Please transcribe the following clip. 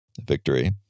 victory